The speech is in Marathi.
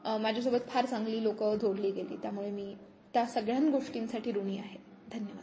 माझ्यासोबत फार चांगली लोकं धोडली गेली त्यामुळे मी त्या सगळ्यां गोष्टींसाठी ॠणी आहे धन्यवाद